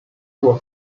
was